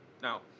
Now